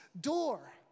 door